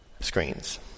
screens